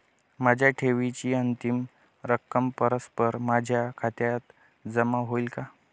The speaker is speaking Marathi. माझ्या ठेवीची अंतिम रक्कम परस्पर माझ्या खात्यात जमा होईल का?